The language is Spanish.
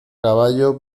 caballo